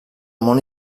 món